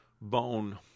bone